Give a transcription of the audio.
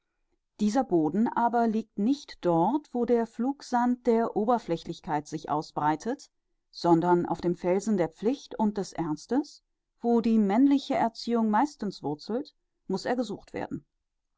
dieser boden aber liegt nicht dort wo der flugsand der oberflächlichkeit sich ausbreitet sondern auf dem felsen der pflicht und des ernstes wo die männliche erziehung meistens wurzelt muß er gesucht werden